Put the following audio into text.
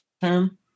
term